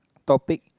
topic